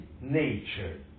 nature